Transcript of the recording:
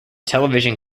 television